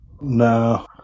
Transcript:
No